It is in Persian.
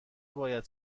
باید